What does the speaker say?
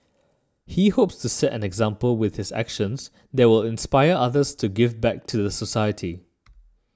he hopes to set an example with his actions that will inspire others to give back to the society